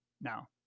now